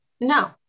No